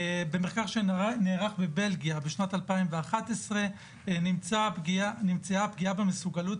במחקר שנערך בבלגיה בשנת 2011 נמצאה פגיעה במסוגלות